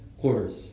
quarters